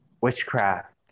witchcraft